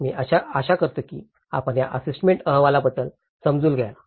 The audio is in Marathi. मी आशा करतो की आपण या असेसमेंट अहवालाबद्दल समजून घ्याल